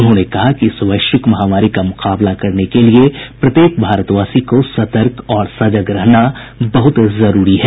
उन्होंने कहा कि इस वैश्विक महामारी का मुकाबला करने के लिए प्रत्येक भारतवासी को सतर्क और सजग रहना बहुत जरूरी है